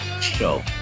Show